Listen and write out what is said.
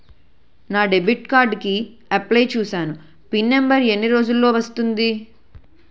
నా debit card కి apply చూసాను పిన్ నంబర్ ఎన్ని రోజుల్లో వస్తుంది?